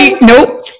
Nope